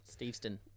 Steveston